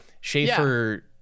Schaefer